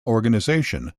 organisation